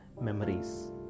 memories